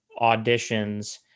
auditions